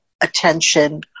attention